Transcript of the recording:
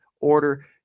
order